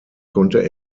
konnte